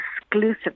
exclusive